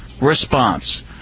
response